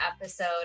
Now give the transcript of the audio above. episode